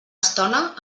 estona